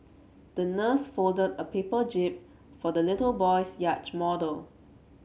the nurse folded a paper jib for the little boy's yacht model